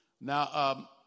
Now